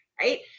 right